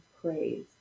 praise